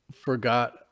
forgot